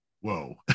whoa